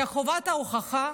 שחובת ההוכחה